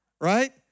Right